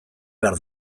behar